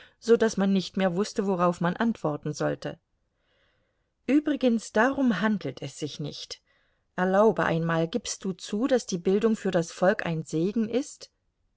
so daß man nicht mehr wußte worauf man antworten sollte übrigens darum handelt es sich nicht erlaube einmal gibst du zu daß die bildung für das volk ein segen ist